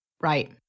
Right